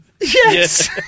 yes